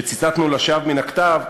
שציטטנו לשווא מהכתב,